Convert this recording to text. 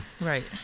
Right